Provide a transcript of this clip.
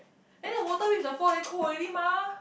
then the water reach the floor then cold already mah